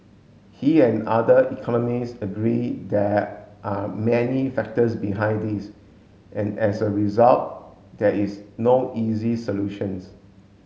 he and other economists agree there are many factors behind this and as a result there is no easy solutions